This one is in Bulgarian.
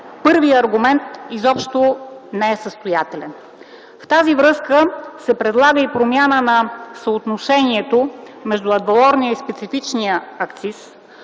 първият аргумент изобщо не е състоятелен. В тази връзка се предлага и промяна на съотношението между адвалорния и специфичния акциз.